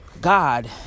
God